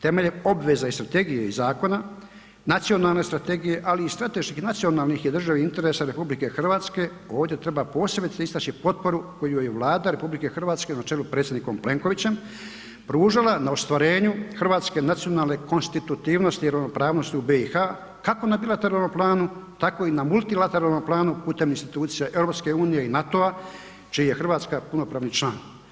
temeljem obveza iz strategije i zakona, nacionalne strategije ali i strateških nacionalnih i državnih interesa RH ovdje treba posebice istači potporu koju je Vlada RH na čelu s predsjednikom Plenkovićem pružala na ostvarenju hrvatske nacionalne konstitutivnosti i ravnopravnosti u BiH kako na bilateralnom planu tako i na multilateralnom planu putem institucija EU i NATO-a čiji je Hrvatska punopravni član.